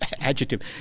adjective